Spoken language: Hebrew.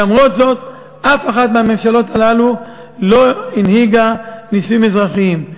למרות זאת אף אחת מהממשלות הללו לא הנהיגה נישואים אזרחיים.